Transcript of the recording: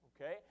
okay